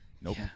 Nope